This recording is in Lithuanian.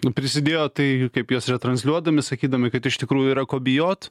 nu prisidėjo tai kaip juos retransliuodami sakydami kad iš tikrųjų yra ko bijot